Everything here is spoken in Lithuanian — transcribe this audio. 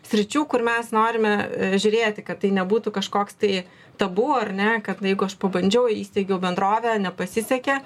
sričių kur mes norime žiūrėti kad tai nebūtų kažkoks tai tabu ar ne kad jeigu aš pabandžiau įsteigiau bendrovę nepasisekė